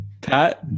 Pat